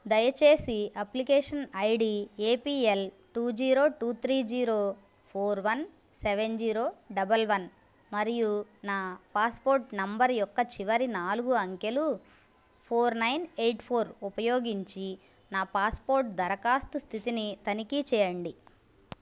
దయచేసి application I D A P L two zero two three zero four one seven zero double one మరియు నా passport number యొక్క చివరి నాలుగు అంకెలు ఫోర్ నైన్ ఎయిట్ ఫోర్ ఉపయోగించి నా పాస్పోర్ట్ దరఖాస్తు స్థితిని తనిఖీ చేయండి